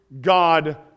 God